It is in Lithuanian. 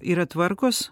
yra tvarkos